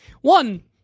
One